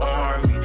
army